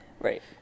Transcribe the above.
Right